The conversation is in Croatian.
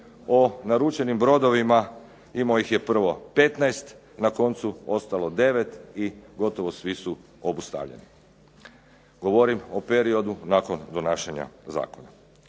O naručenim brodovima, imao ih je prvo 15 i na koncu ostalo 9 i gotovo svi su obustavljeni. Govorim o periodu nakon donašanja zakona.